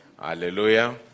Hallelujah